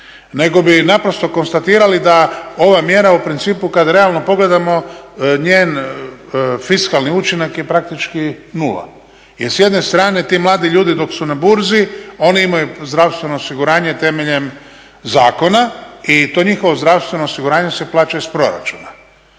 nego bi naprosto konstatirali da ova mjera u principu kad realno pogledamo njen fiskalni učinak je praktički nula. Jer s jedne strane ti mladi ljudi dok su na burzi oni imaju zdravstveno osiguranje temeljem zakona i to njihovo zdravstveno osiguranje se plaća iz proračuna.